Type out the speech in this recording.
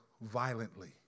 violently